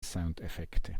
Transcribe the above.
soundeffekte